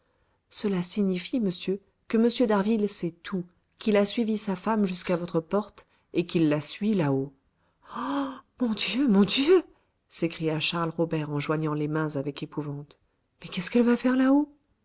cela signifie monsieur que m d'harville sait tout qu'il a suivi sa femme jusqu'à votre porte et qu'il la suit là-haut ah mon dieu mon dieu s'écria charles robert en joignant les mains avec épouvante mais qu'est-ce qu'elle va faire là-haut